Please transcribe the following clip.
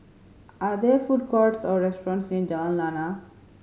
are there food courts or restaurants near Jalan Lana